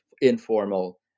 informal